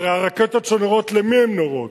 הרי הרקטות שנורות, למי הן נורות?